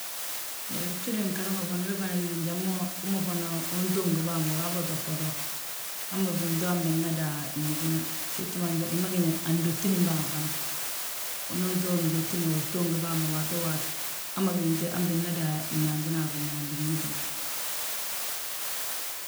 Iyoo, gjíli ngi ghara ma fana, wé gí njali ma hú ma fana. Unto ngi bàa ma ugaa bà, toboto, hamma binto han bina dan ñitina, situma hi ma gina andotinin bàa ma fana. Unan to ndotine utto ngi bàa ma, waato waat hamma bintéy han bina dan yaantina a biñaŋ, binñitina.